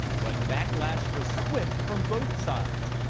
but backlash was swift from both sides,